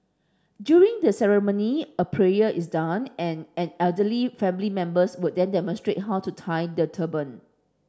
during the ceremony a prayer is done and an elderly family members would then demonstrate how to tie the turban